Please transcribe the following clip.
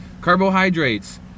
Carbohydrates